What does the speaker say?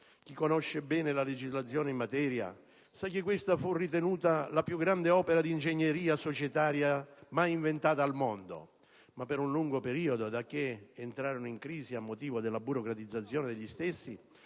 Chi conosce bene la legislazione in materia sa che questa fu ritenuta la più grande opera di ingegneria societaria mai inventata al mondo, ma per un lungo periodo, dacché entrarono in crisi a motivo della loro burocratizzazione,